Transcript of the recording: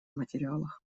материалах